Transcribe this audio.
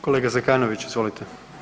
Kolega Zekanović, izvolite.